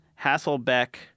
Hasselbeck